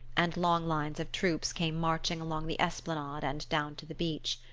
and long lines of troops came marching along the esplanade and down to the beach.